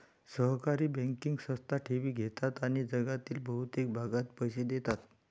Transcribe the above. सहकारी बँकिंग संस्था ठेवी घेतात आणि जगातील बहुतेक भागात पैसे देतात